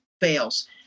fails